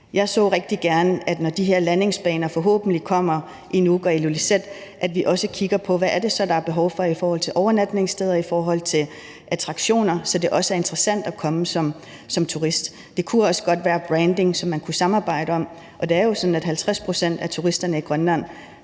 Jeg så rigtig gerne, at vi, når de her landingsbaner forhåbentlig kommer i Nuuk og Ilulissat, så også kigger på, hvad det er, der er behov for, i forhold til overnatningssteder og i forhold til attraktioner, så det også er interessant at komme som turist. Det kunne også godt være branding, som man kunne samarbejde om. Og det er jo sådan, at 50 pct. af turisterne i Grønland